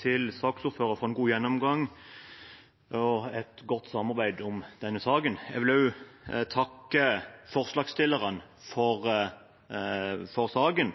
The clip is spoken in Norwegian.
til saksordføreren for en god gjennomgang og et godt samarbeid om denne saken. Jeg vil også takke forslagsstillerne for saken